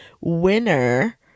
winner